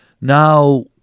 Now